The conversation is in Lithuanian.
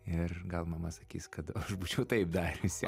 ir gal mama sakys kad aš būčiau taip dariusi